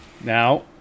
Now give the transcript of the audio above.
now